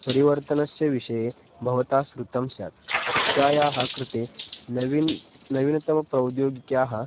परिवर्तनस्य विषये भवता शृतं स्यात् शिक्षायाः कृते नवीनं नवीनतमप्रौद्योगिक्याः